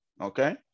okay